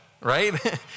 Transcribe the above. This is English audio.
right